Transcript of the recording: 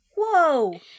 Whoa